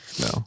no